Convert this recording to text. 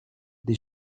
des